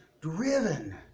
driven